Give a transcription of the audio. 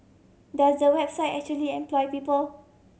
does the website actually employ people